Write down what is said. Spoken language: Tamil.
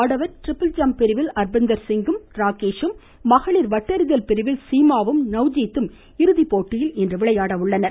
ஆடவர் ட்ரிபிள் ஜம்ப் பிரிவில் அர்பிந்தர் சிங்கும் ராகேஷும் மகளிர் வட்டெறிதல் பிரிவில் சீமாவும் நவ்ஜீத்தும் இறுதிப்போட்டியில் இன்று விளையாட உள்ளனர்